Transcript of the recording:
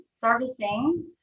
servicing